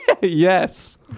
Yes